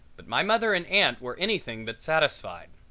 but my mother and aunt were anything but satisfied.